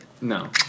no